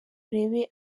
urebe